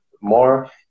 more